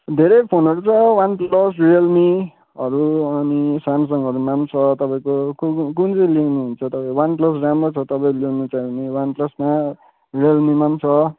धेरै फोनहरू छ वान प्लस रियलमीहरू अनि स्यामसङहरूमा पनि छ तपाईँको कुन कुन कुन चाहिँ लिनुहुन्छ तपाईँ वान प्लस राम्रो छ तपाईँ लिनुहुन्छ भने वान प्लसमा रियलमीमा पनि छ